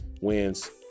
wins